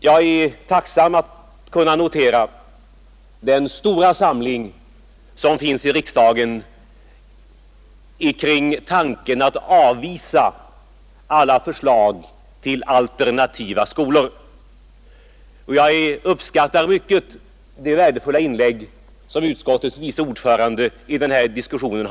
Jag är tacksam att kunna notera den stora samling som finns i riksdagen kring tanken att avvisa alla förslag till alternativa skolor. Jag uppskattar mycket det värdefulla inlägg som utskottets vice ordförande har gjort i dag vid den här diskussionen.